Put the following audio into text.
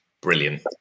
Brilliant